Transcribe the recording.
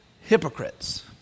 hypocrites